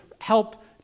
help